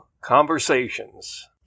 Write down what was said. Conversations